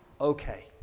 okay